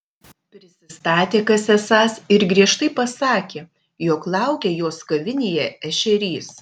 prisistatė kas esąs ir griežtai pasakė jog laukia jos kavinėje ešerys